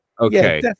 Okay